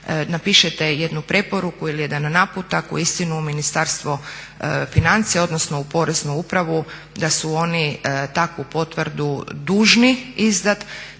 napišete jednu preporuku ili jedan naputak uistinu u Ministarstvo financija, odnosno u Poreznu upravu da su oni takvu potvrdu dužni izdati,